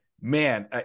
man